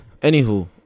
Anywho